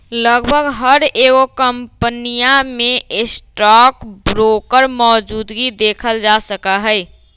लगभग हर एगो कम्पनीया में स्टाक ब्रोकर मौजूदगी देखल जा सका हई